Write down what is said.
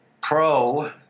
pro